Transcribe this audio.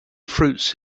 fruits